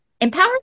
empower